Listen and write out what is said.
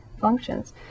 functions